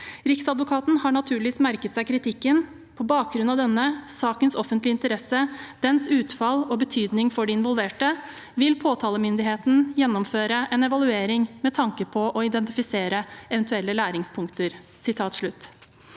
Riksadvokaten har naturligvis merket seg kritikken. På bakgrunn av denne sakens offentlige interesse, dens utfall og betydning for de involverte, vil påtalemyndigheten gjennomføre en evaluering med tanke på å identifisere eventuelle læringspunkter.»